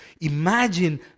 imagine